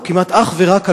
או כמעט אך ורק,